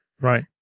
Right